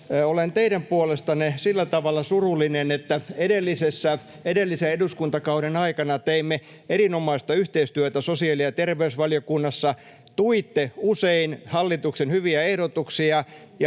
olen teidän puolestanne sillä tavalla surullinen, että edellisen eduskuntakauden aikana teimme erinomaista yhteistyötä sosiaali- ja terveysvaliokunnassa. Tuitte usein hallituksen hyviä ehdotuksia,